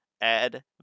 add